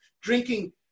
drinking